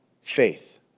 faith